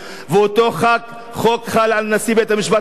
אותו חוק חל על נשיא בית-המשפט העליון,